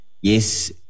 yes